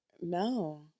No